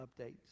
updates